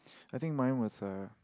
I think mine was a